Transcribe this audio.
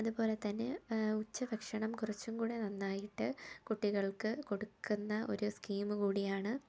അതുപോലെ തന്നെ ഉച്ചഭക്ഷണം കുറച്ചും കൂടെ നന്നായിട്ട് കുട്ടികൾക്ക് കൊടുക്കുന്ന ഒരു സ്കീമ് കൂടിയാണ്